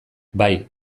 bai